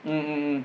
mm mm mm